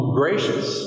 gracious